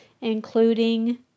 including